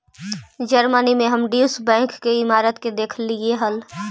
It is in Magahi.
जर्मनी में हम ड्यूश बैंक के इमारत के देखलीअई हल